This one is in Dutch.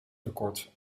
tekort